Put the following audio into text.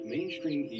Mainstream